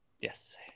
Yes